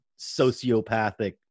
sociopathic